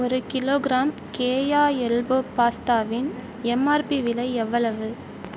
ஒரு kilogram Keya elbow பாஸ்தாவின் MRP விலை எவ்வளவு